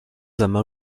amas